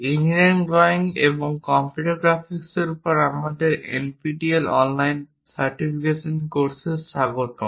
engineering drawing এবং computer গ্রাফিক্সের উপর আমাদের NPTEL অনলাইন সার্টিফিকেশন কোর্সে স্বাগতম